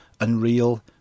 Unreal